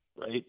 right